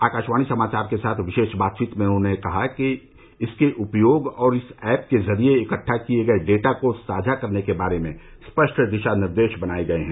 आकाशवाणी समाचार के साथ विशेष बातचीत में उन्होंने कहा कि इसके उपयोग और इस ऐप के जरिए इक्टा किए गए डेटा को साझा करने के बारे में स्पष्ट दिशा निर्देश बनाए गए हैं